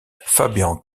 fabian